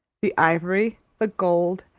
the ivory, the gold,